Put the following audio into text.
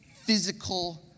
physical